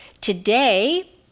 today